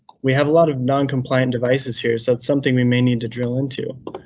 we have a lot of noncompliant devices here. so it's something we may need to drill into.